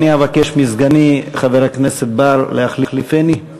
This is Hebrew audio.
אני אבקש מסגני חבר הכנסת בר להחליפני.